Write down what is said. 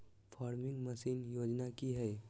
Farming machine योजना कि हैय?